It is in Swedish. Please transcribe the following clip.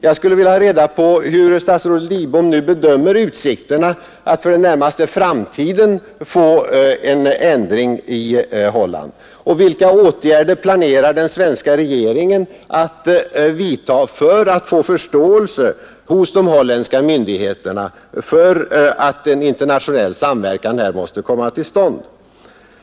Jag skulle vilja ha reda på hur statsrådet Lidbom nu bedömer utsikterna att för den närmaste framtiden få till stånd en ändring i Holland och vilka åtgärder den svenska regeringen planerar att vidta för att vinna förståelse hos de holländska myndigheterna för att en internationell samverkan här måste åstadkommas.